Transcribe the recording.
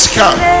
come